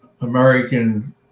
American